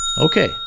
Okay